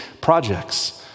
projects